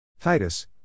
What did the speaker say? Titus